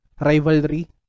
rivalry